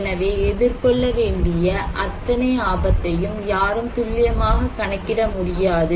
எனவே எதிர்கொள்ள வேண்டிய அத்தனை ஆபத்தையும் யாரும் துல்லியமாக கணக்கிட முடியாது